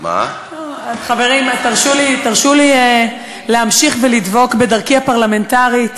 חברים, תרשו לי להמשיך ולדבוק בדרכי הפרלמנטרית